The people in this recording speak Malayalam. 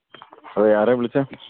അതെ ആരാണ് വിളിച്ചത്